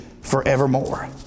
forevermore